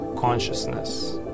consciousness